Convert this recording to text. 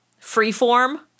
Freeform